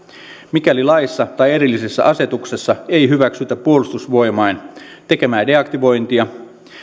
mikäli laissa tai erillisessä asetuksessa ei hyväksytä puolustusvoimain tekemää deaktivointia